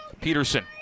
Peterson